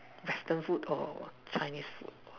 Western food or Chinese food